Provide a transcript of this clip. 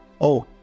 Oh